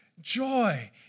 joy